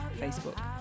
facebook